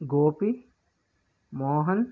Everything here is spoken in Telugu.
గోపి మోహన్